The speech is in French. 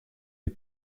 les